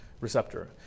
receptor